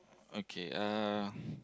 okay uh